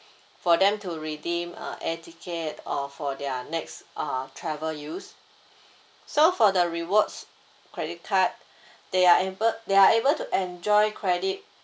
for them to redeem uh air ticket or for their next uh travel use so for the rewards credit card they are able they are able to enjoy credit